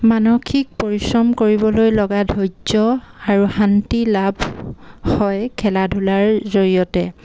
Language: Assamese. মানসিক পৰিশ্ৰম কৰিবলৈ লগা ধৈৰ্য্য় আৰু শান্তি লাভ হয় খেলা ধূলাৰ জৰিয়তে